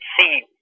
see